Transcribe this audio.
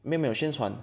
没有没有宣传